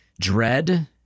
dread